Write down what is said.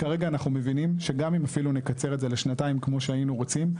כרגע אנחנו מבינים שגם אם אפילו נקצר את זה לשנתיים כמו שהיינו רוצים,